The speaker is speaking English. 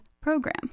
program